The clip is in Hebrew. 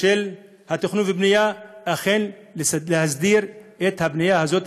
של התכנון והבנייה אכן להסדיר את הבנייה הזאת,